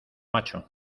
macho